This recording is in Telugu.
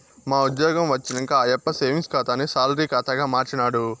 యా ఉజ్జ్యోగం వచ్చినంక ఈ ఆయప్ప సేవింగ్స్ ఖాతాని సాలరీ కాతాగా మార్చినాడు